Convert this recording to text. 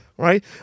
Right